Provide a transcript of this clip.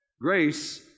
Grace